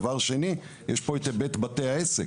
דבר שני, יש פה את היבט בתי העסק.